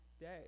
day